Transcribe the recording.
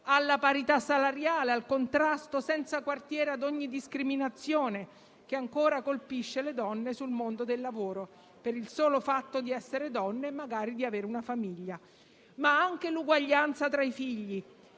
alla parità salariale, al contrasto senza quartiere a ogni discriminazione, che ancora colpisce le donne sul mondo del lavoro per il solo fatto di essere donne e magari di avere una famiglia. Ma anche all'uguaglianza tra i figli.